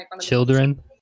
Children